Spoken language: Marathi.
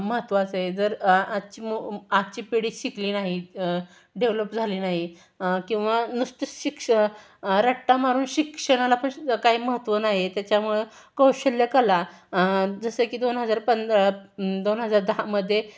महत्त्वाचं आहे जर आजची म आजची पिढी शिकली नाही डेव्हलप झाली नाही किंवा नुसते शिक्ष रट्टा मारून शिक्षणाला पश् पण काय महत्त्व नाही आहे त्याच्यामुळं कौशल्य कला जसं की दोन हजार पं दोन हजार दहामध्ये